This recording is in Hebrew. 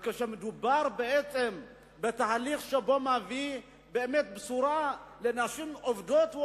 אבל כשמדובר בעצם בתהליך שמביא בשורה לנשים עובדות,